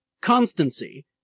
Constancy